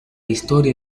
historia